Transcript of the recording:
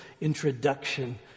introduction